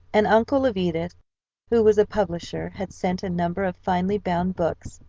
an uncle of edith's who was a publisher, had sent a number of finely bound books.